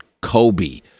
Kobe